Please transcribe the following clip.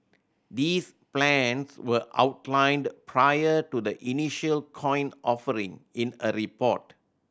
these plans were outlined prior to the initial coin offering in a report